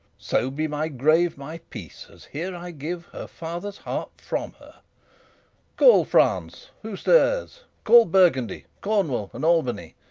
so be my grave my peace, as here i give her father's heart from her call france who stirs? call burgundy cornwall and albany,